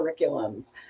curriculums